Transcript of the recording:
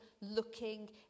looking